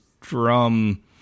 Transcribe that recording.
drum